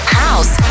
house